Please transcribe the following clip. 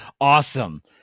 awesome